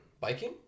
Biking